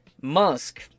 Musk